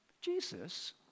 Jesus